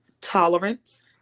tolerance